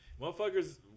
motherfuckers